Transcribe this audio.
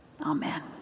Amen